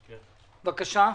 בבקשה.